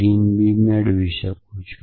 ફક્ત હું પુન પુનરાવર્તન કરું છું